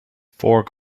four